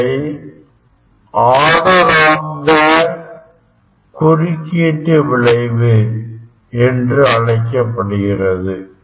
இவை order of the குறுக்கீட்டு விளைவு என்று அழைக்கப்படுகிறது